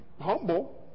humble